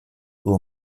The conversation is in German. uhr